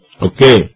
Okay